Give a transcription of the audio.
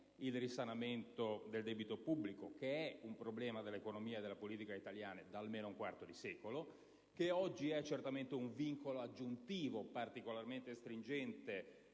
il risanamento del debito pubblico, che è un problema dell'economia e della politica italiana da almeno un quarto di secolo, e che oggi rappresenta un vincolo aggiuntivo particolarmente stringente,